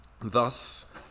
thus